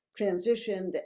transitioned